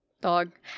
dog